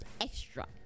extra